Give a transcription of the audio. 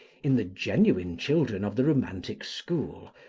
in the genuine children of the romantic school,